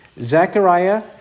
Zechariah